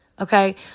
Okay